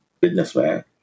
businessman